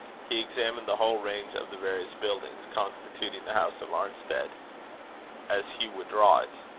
he examined the whole range of the various buildings constituting the house of arnstead as he would draw it.